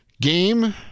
game